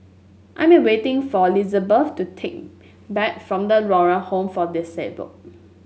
I am waiting for Lizabeth to take back from The Moral Home for Disable